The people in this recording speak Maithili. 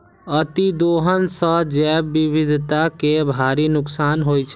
अतिदोहन सं जैव विविधता कें भारी नुकसान होइ छै